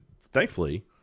thankfully